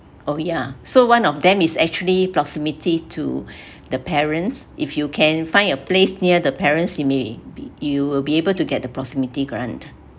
oh ya so one of them is actually proximity to the parents if you can find a place near the parents you may be you will be able to get the proximity grant